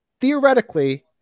Theoretically